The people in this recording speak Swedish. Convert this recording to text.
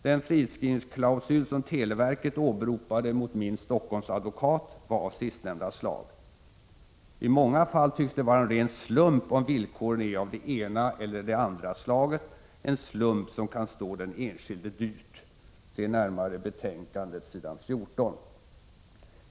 Den friskrivningsklausul som televerket åberopade mot min Stockholmsadvokat var av sistnämnda slag. I många fall tycks det vara en ren slump om villkoren är av det ena eller det andra slaget, en slump som kan stå den enskilde dyrt — se närmare betänkandet på s. 14.